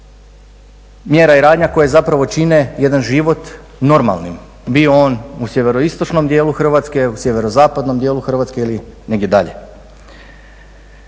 mjera i radnja koje zapravo čine jedan život normalnim. Bio on u sjeveroistočnom dijelu Hrvatske, sjeverozapadnom dijelu Hrvatske ili negdje dalje.